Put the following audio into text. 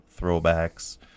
throwbacks